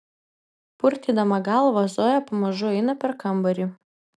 purtydama galvą zoja pamažu eina per kambarį